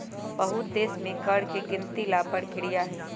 बहुत देश में कर के गिनती ला परकिरिया हई